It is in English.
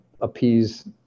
appease